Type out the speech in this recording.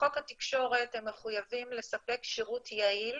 בחוק התקשורת הם מחויבים לספק שירות יעיל